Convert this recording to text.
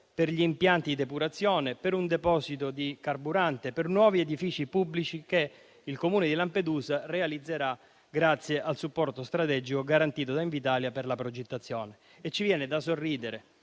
per gli impianti di depurazione, per un deposito di carburante e per nuovi edifici pubblici che il Comune di Lampedusa realizzerà grazie al supporto strategico garantito da Invitalia per la progettazione. Ci viene da sorridere